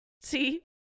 see